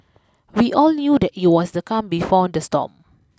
we all knew that it was the calm before the storm